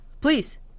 Please